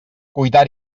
cuitar